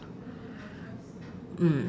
mm